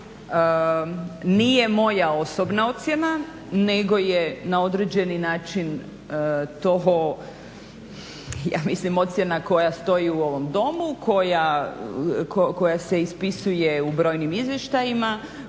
Nije moja osobna ocjena nego je na određeni način to ja mislim ocjena koja stoji u ovom Domu, koja se ispisuje u brojnim izvještajima,